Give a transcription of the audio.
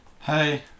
Hey